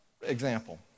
example